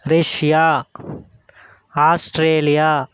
Russia Australia